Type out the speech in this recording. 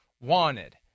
wanted